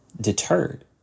deterred